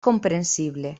comprensible